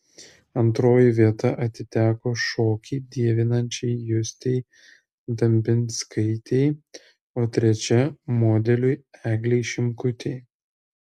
antroji vieta atiteko šokį dievinančiai justei dambinskaitei o trečia modeliui eglei šimkutei